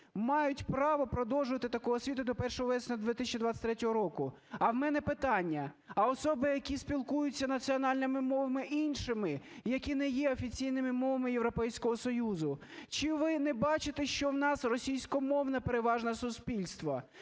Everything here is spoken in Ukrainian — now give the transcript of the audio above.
мають право продовжувати таку освіту до 1 вересня 2023 року". А в мене питання: а особи, які спілкуються національними мовами іншими, які не є офіційними мовами Європейського Союзу. Чи ви не бачите, що у нас російськомовне переважно суспільство?